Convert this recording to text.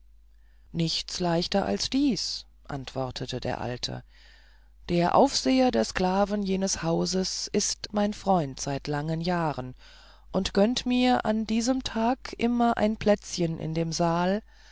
nichts leichter als dies antwortete der alte der aufseher der sklaven jenes hauses ist mein freund seit langen jahren und gönnt mir an diesem tage immer ein plätzchen in dem saal